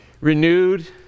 renewed